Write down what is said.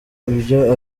ibyo